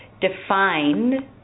defined